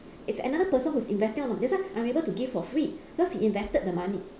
it's another person who's investing on the that's why I'm able to give for free because he invested the money